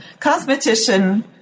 cosmetician